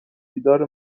دیدار